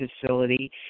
facility